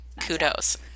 kudos